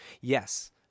yes